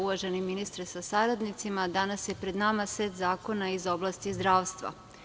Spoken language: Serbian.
Uvaženi ministre sa saradnicima, danas je pred nama set oblasti iz oblasti zdravstva.